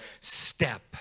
step